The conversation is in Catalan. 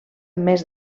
més